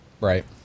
Right